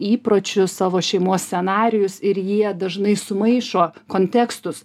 įpročius savo šeimos scenarijus ir jie dažnai sumaišo kontekstus